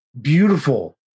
beautiful